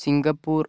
Singapore